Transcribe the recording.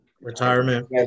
Retirement